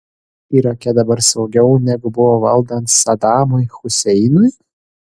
irake dabar saugiau negu buvo valdant sadamui huseinui